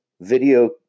video